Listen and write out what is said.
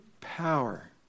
power